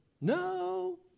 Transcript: No